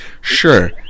sure